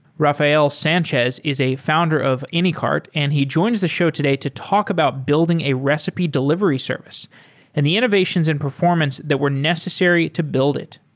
rafael sanches is a founder of anycart, and he joins the show today to talk about building a recipe delivery service and the innovations in performance that were necessary to build it.